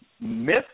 myth